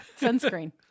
Sunscreen